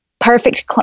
perfect